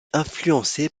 influencée